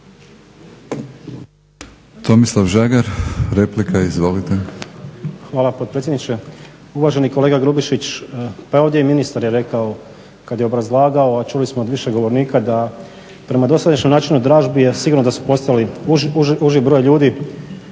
**Žagar, Tomislav (SDP)** Hvala potpredsjedniče. Uvaženi kolega Grubišić, pa ovdje i ministar je rekao kad je obrazlagao, a čuli smo od više govornika prema dosadašnjem načinu dražbi je sigurno da su postali uži broj ljudi